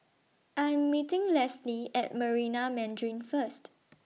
I Am meeting Leslie At Marina Mandarin First